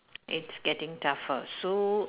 it's getting tougher so